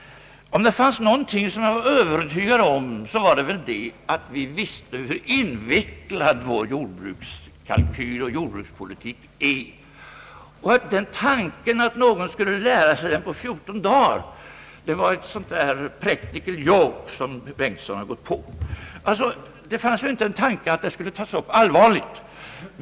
Om det fanns någonting jag kände mig övertygad om så var det väl att vi alla visste hur invecklad vår jordbrukskalkyl och vår jordbrukspolitik är. Att någon skulle lära sig allt detta på 14 dagar var ett sådant där practical joke, som herr Bengtson tydligen har gått på. Det fanns hos mig inte en tanke på att det skulle tas upp allvarligt.